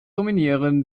dominieren